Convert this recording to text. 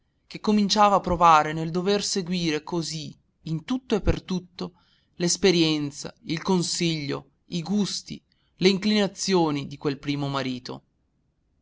che cominciava a provare nel dover seguire così in tutto e per tutto l'esperienza il consiglio i gusti le inclinazioni di quel primo marito